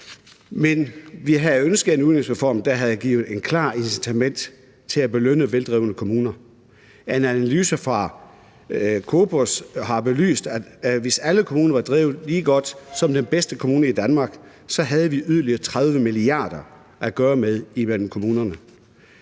vi havde ønsket en udligningsreform, der havde givet et klart incitament til at belønne veldrevne kommuner. En analyse fra CEPOS har belyst, at hvis alle kommuner var drevet lige så godt som den bedste kommune i Danmark, så havde vi yderligere 30 mia. kr. at gøre godt med imellem kommunerne.